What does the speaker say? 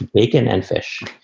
bacon and fish,